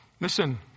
listen